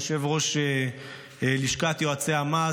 יושב-ראש לשכת יועצי המס,